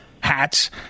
Hats